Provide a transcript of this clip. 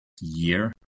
year